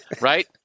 Right